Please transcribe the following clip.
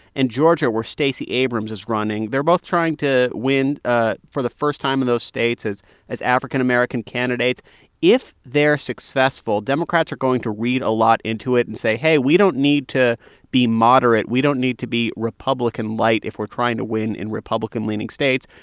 and georgia, where stacey abrams is running. they're both trying to win ah for the first time in those states as as african american candidates if they're successful, democrats are going to read a lot into it and say, hey, we don't need to be moderate. we don't need to be republican-lite if we're trying to win in republican-leaning states.